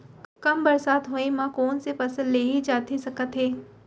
कम बरसात होए मा कौन से फसल लेहे जाथे सकत हे?